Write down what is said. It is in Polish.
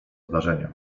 zdarzenia